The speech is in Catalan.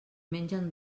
mengen